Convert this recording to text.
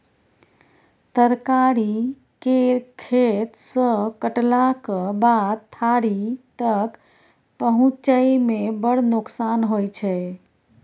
तरकारी केर खेत सँ कटलाक बाद थारी तक पहुँचै मे बड़ नोकसान होइ छै